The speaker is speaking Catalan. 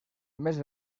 més